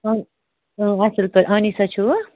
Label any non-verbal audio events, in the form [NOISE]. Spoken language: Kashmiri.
[UNINTELLIGIBLE] أنیٖسہ چھِوٕ